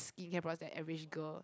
skincare products than an average girl